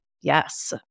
Yes